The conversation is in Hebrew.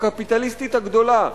הקפיטליסטית הגדולה,